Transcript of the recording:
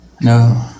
no